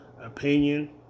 opinion